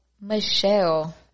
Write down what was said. Michelle